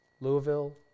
Louisville